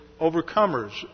overcomers